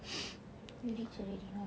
very trained you know